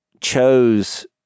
chose